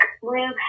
blue